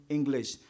English